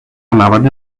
مواد